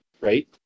right